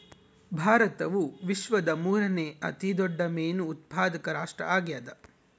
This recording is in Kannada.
ಭಾರತವು ವಿಶ್ವದ ಮೂರನೇ ಅತಿ ದೊಡ್ಡ ಮೇನು ಉತ್ಪಾದಕ ರಾಷ್ಟ್ರ ಆಗ್ಯದ